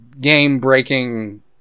game-breaking